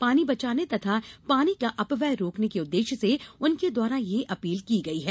पानी बचाने तथा पानी का अपव्यय रोकने के उद्देश्य से उनके द्वारा यह अपील की गयी है